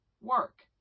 work